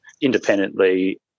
independently